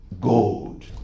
gold